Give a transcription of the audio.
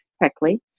correctly